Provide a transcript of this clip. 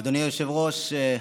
אדוני היושב-ראש,